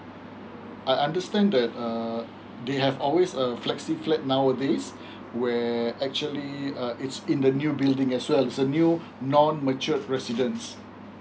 I understand that uh they have always a flexi flat nowadays where actually uh it's in the new building as well it's a new non matured residence